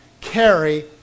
carry